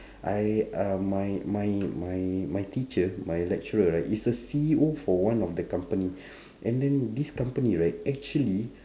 I uh my my my my teacher my lecturer right is a C_E_O for one of the company and the then this company right actually